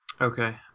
Okay